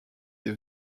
est